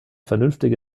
vernünftige